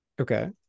Okay